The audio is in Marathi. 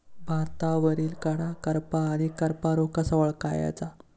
भातावरील कडा करपा आणि करपा रोग कसा ओळखायचा?